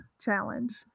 challenge